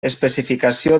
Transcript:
especificació